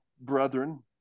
brethren